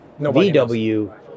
VW